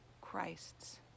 Christ's